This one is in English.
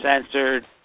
censored